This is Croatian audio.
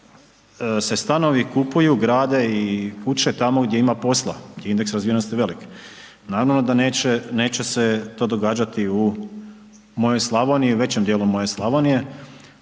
se stanovi kupuju, grade i kuće tamo gdje ima posla, gdje je indeks razvijenosti velik. Naravno da neće se to događati u mojoj Slavoniji,